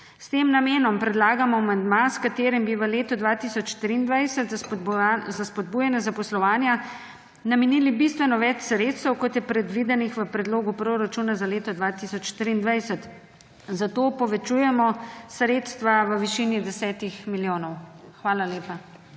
S tem namenom predlagamo amandma, s katerim bi v letu 2023 za spodbujanje zaposlovanja namenili bistveno več sredstev, kot je predvidenih v predlogu proračuna za leto 2023, zato povečujemo sredstva v višini 10 milijonov. Hvala lepa.